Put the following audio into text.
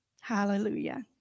Hallelujah